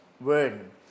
word